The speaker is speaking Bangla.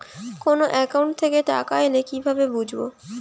কোন একাউন্ট থেকে টাকা এল কিভাবে বুঝব?